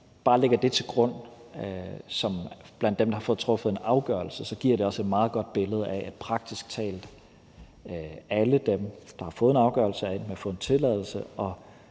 bare lægger det til grund blandt dem, der har fået truffet en afgørelse, så giver det også et meget godt billede af, at praktisk talt alle dem, der har fået en afgørelse, er endt med at få en tilladelse, og